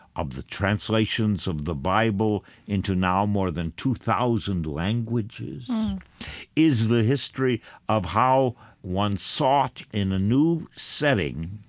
of the translations of the bible into now more than two thousand languages is the history of how one sought, in a new setting,